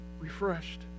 refreshed